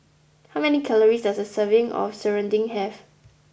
how many calories does a serving of Serunding have